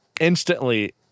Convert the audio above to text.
instantly